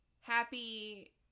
Happy